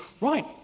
right